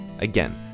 Again